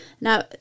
Now